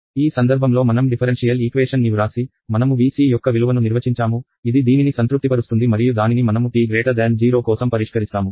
ఈ సందర్భంలో మనం అవకలన సమీకరణాలు వ్రాసి మనము Vc యొక్క విలువను నిర్వచించాము ఇది దీనిని సంతృప్తిపరుస్తుంది మరియు దానిని మనము t0 కోసం పరిష్కరిస్తాము